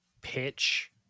pitch